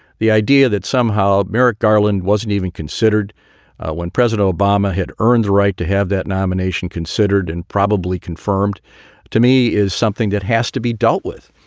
the idea that somehow merrick garland wasn't even considered when president obama had earned the right to have that nomination considered and probably confirmed to me is something that has to be dealt with.